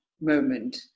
moment